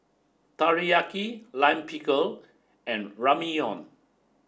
Teriyaki Lime Pickle and Ramyeon